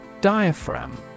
Diaphragm